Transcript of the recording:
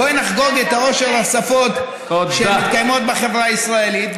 בואי נחגוג את עושר השפות שמתקיימות לחברה הישראלית,